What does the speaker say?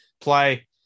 Play